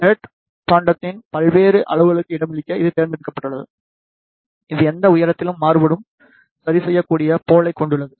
head பாண்டத்தின் பல்வேறு அளவுகளுக்கு இடமளிக்க இது தேர்ந்தெடுக்கப்பட்டுள்ளது இது எந்த உயரத்திலும் மாறுபடும் சரிசெய்யக்கூடிய போலைக் கொண்டுள்ளது